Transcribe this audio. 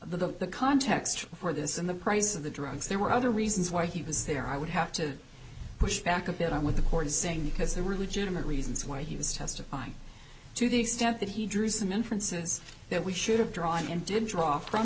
the the context for this in the price of the drugs there were other reasons why he was there i would have to push back a bit on what the court is saying because there were legitimate reasons why he was testifying to the extent that he drew some inferences that we should have drawn and did draw from